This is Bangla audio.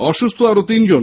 অসুস্থ আরো তিনজন